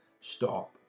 stop